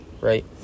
right